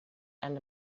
and